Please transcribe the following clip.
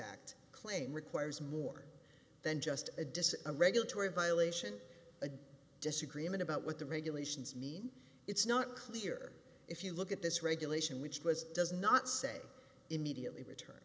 act claim requires more than just a decision a regulatory violation a disagreement about what the regulations mean it's not clear if you look at this regulation which was does not say immediately return